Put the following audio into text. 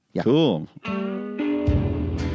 Cool